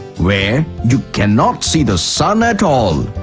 where you cannot see the sun at all.